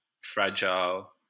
fragile